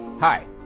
Hi